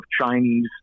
Chinese